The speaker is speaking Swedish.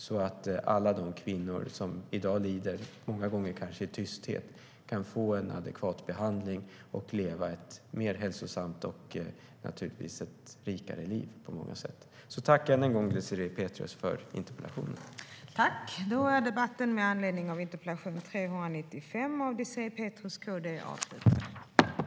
Då kan alla de kvinnor som i dag lider, många gånger kanske i tysthet, få adekvat behandling och leva ett hälsosammare och rikare liv. Överläggningen var härmed avslutad.